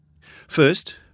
First